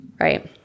Right